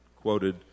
quoted